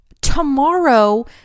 tomorrow